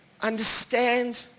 understand